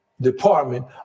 department